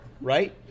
right